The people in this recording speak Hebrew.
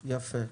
יפה.